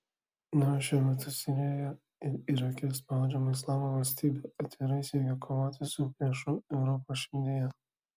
na o šiuo metu sirijoje ir irake spaudžiama islamo valstybė atvirai siekia kovoti su priešu europos širdyje